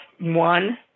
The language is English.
one